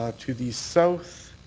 ah to the south